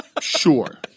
Sure